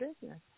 business